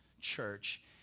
church